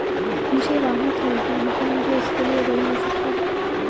मुझे वाहन ख़रीदना है क्या मुझे इसके लिए ऋण मिल सकता है?